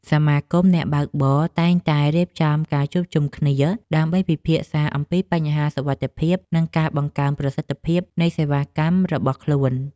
សមាគមអ្នកបើកបរតែងតែរៀបចំការជួបជុំគ្នាដើម្បីពិភាក្សាអំពីបញ្ហាសុវត្ថិភាពនិងការបង្កើនប្រសិទ្ធភាពនៃសេវាកម្មរបស់ខ្លួន។